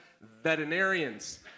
Veterinarians